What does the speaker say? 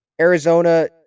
Arizona